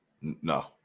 No